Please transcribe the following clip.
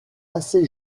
assez